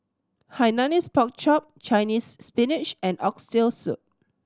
Hainanese Pork Chop Chinese Spinach and Oxtail Soup